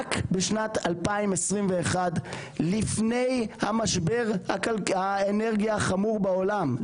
רק בשנת 2021 לפני משבר האנרגיה החמור בעולם,